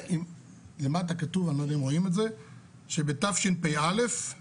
למטה כתוב שבתשפ"א היו